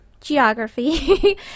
geography